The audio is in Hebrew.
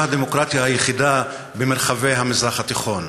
הדמוקרטיה היחידה במרחבי המזרח התיכון.